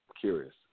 curious